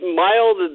mild